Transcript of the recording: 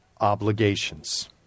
obligations